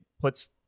puts